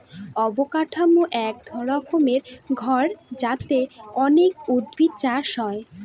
অবকাঠামো এক রকমের ঘর যাতে অনেক উদ্ভিদ চাষ হয়